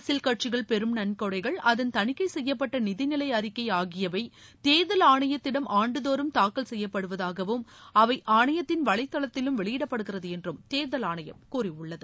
அரசியல் கட்சிகள் பெரும் நன்கொடைகள் அதன் தணிக்கை செய்யப்பட்ட நிதிநிலை அறிக்கை ஆகியவை தேர்தல் ஆணையத்திடம் ஆண்டுதோறும் தாக்கல் செய்யப்படுவதாகவும் அவை ஆணையத்தின் வலைதளத்திலும் வெளியிடப்படுகிறது என்றும் தேர்தல் ஆணையம் கூறியுள்ளது